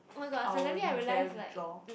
I will be very jaw